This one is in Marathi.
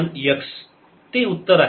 57x ते उत्तर आहे